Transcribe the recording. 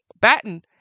Batten